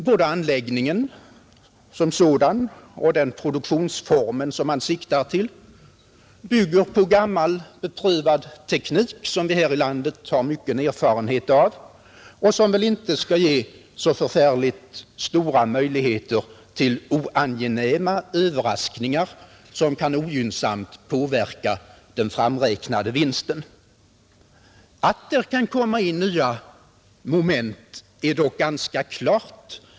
Både anläggningen som sådan och den produktionsform som man siktar till bygger på gammal beprövad teknik, som vi här i landet har mycken erfarenhet av och som väl inte skall ge så förfärligt stora möjligheter till oangenäma överraskningar som kan ogynnsamt påverka den framräknade vinsten. Att där kan komma in nya moment är dock ganska klart.